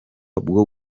bwo